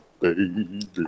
baby